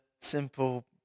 simple